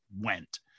went